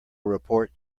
report